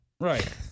Right